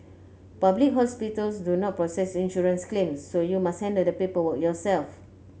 public hospitals do not process insurance claims so you must handle the paperwork yourself